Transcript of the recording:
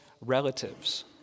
relatives